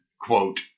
quote